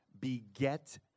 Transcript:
beget